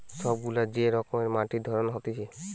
সব গুলা যে রকমের মাটির ধরন হতিছে